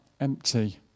empty